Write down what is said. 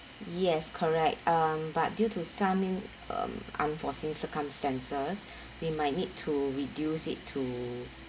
yes correct um but due to some um unforeseen circumstances we might need to reduce it to